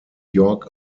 york